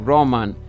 Roman